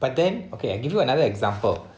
but then okay I give you another example